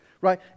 right